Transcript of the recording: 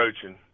coaching